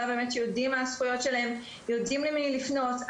יודעים באמת מה הזכויות שלהם ויודעים למי לפנות?